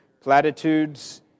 platitudes